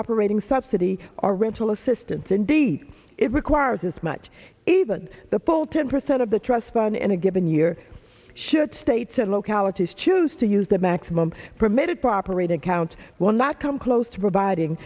operating subsidy or rental assistance indeed it requires this much even the pole ten percent of the trust fund in a given year should states and localities choose to use the maximum permitted proper eight account will not come close to providing